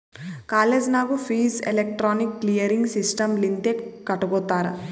college ನಾಗೂ fees electronic clearing system ಲಿಂತೆ ಕಟ್ಗೊತ್ತಾರ್